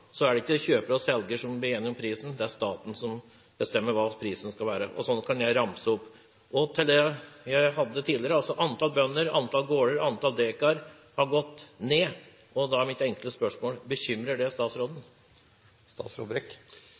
er det ikke kjøper og selger som blir enige om prisen – det er staten som bestemmer hva prisen skal være. Sånn kan jeg ramse opp. Til det jeg sa tidligere, om at antall bønder, antall gårder, og antall dekar har gått ned, er mitt enkle spørsmål: Bekymrer det statsråden?